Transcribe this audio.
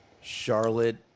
Charlotte